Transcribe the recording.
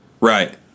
Right